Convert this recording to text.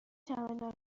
چمدان